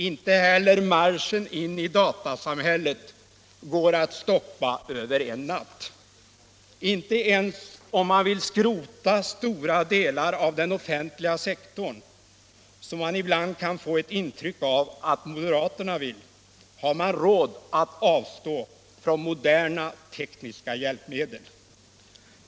Inte heller marschen in i datasamhället går att stoppa över en natt. Inte ens om man vill skrota stora delar av den offentliga sektorn — som vi ibland kan få ett intryck av att moderaterna vill göra — har man råd att avstå från moderna tekniska hjälpmedel.